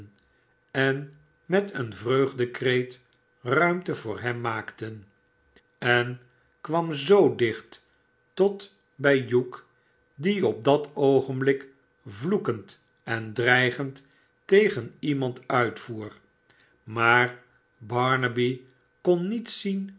en met een vreugdekreet ruimte voor hem maakten en kwam zoo dicht tot bij hugh die op dat oogenblik vloekend en dreigend tegen iemand uitvoer maar barnaby kon niet zien